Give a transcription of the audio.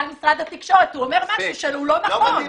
משרד התקשורת הוא אומר משהו שהוא לא נכון.